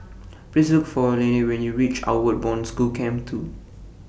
Please Look For Lennie when YOU REACH Outward Bound School Camp two